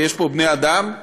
ויש פה בני אדם,